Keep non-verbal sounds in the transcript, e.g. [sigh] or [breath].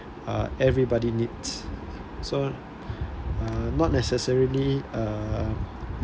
ah everybody needs so [breath] uh not necessarily uh